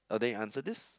orh then you answer this